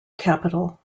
capital